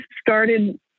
started